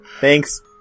Thanks